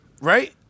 Right